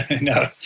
No